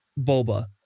Boba